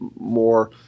more